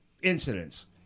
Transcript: incidents